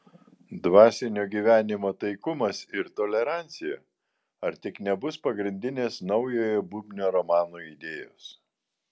dvasinio gyvenimo taikumas ir tolerancija ar tik nebus pagrindinės naujojo bubnio romano idėjos